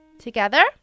Together